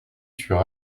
sur